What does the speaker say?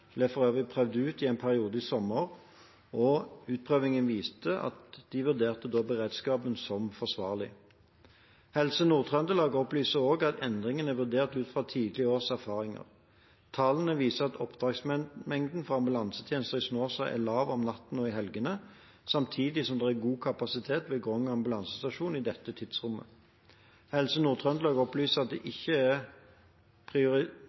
ble for øvrig prøvd ut en periode i sommer, og utprøvingen viste at de vurderte beredskapen som forsvarlig. Helse Nord-Trøndelag opplyser også at endringene er vurdert ut fra tidligere års erfaringer. Tallene viser at oppdragsmengden for ambulansetjenesten i Snåsa er lav om natten og i helgene, samtidig som det er god kapasitet ved Grong ambulansestasjon i dette tidsrommet. Helse Nord-Trøndelag opplyser at de ikke prioriterer beredskapen lavere i